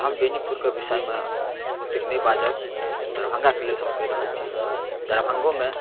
तऽ हम बेनीपुरके विषयमे ओतेक नहि बाजब दरभङ्गाके लेल हम कहि रहल छी दरभङ्गोमे